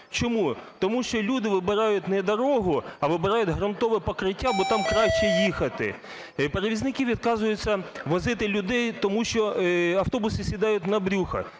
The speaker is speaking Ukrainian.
Чому? Тому що люди вибирають не дорогу, а вибирають ґрунтове покриття, бо там краще їхати. Перевізники відказуються возити людей, тому що автобуси сідають на брюхо.